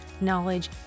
knowledge